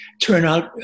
turnout